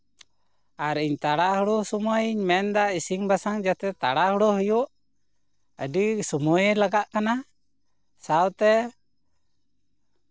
ᱟᱨ ᱤᱧ ᱛᱟᱲᱟᱦᱩᱲᱟᱹ ᱥᱚᱢᱚᱭᱤᱧ ᱢᱮᱱᱫᱟ ᱤᱥᱤᱱᱼᱵᱟᱥᱟᱝ ᱡᱟᱛᱮ ᱛᱟᱲᱟᱼᱦᱩᱲᱟᱹ ᱦᱩᱭᱩᱜ ᱟᱹᱰᱤ ᱥᱚᱢᱚᱭ ᱞᱟᱜᱟᱜ ᱠᱟᱱᱟ ᱥᱟᱶᱛᱮ